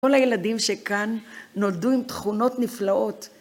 כל הילדים שכאן נולדו עם תכונות נפלאות.